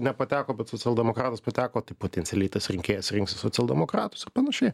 nepateko bet socialdemokratas pateko tai potencialiai tas rinkėjas rinksis socialdemokratus ir panašiai